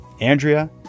Andrea